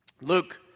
Luke